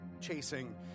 chasing